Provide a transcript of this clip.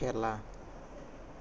খেলা